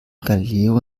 galileo